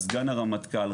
סגן הרמטכ"ל,